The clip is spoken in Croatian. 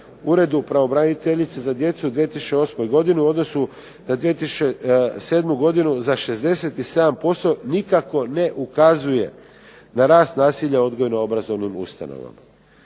Uredu pravobraniteljice za djecu u 2008. godini u odnosu na 2007. godinu za 67% nikako ne ukazuje na rast nasilja u odgojno-obrazovnim ustanovama.